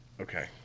Okay